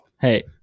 Hey